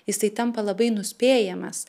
jisai tampa labai nuspėjamas